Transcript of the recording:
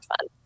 fun